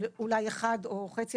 אבל אולי אחד או חצי,